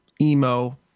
emo